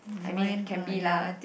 I mean can be lah